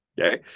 okay